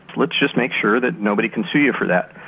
let's just make sure that nobody can sue you for that.